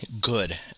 good